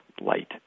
light